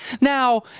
Now